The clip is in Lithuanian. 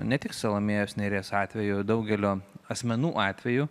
ne tik salomėjos nėries atveju daugelio asmenų atveju